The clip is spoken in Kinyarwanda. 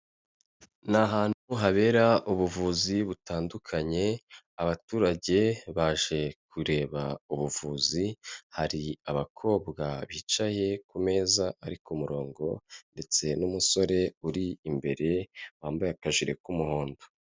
Ni ahantu habera ubuvuzi butandukanye, abaturage baje kureba ubuvuzi, hari abakobwa bicaye ku meza ari ku murongo ndetse n'umusore uri imbere wambaye akajire k'umuhondo.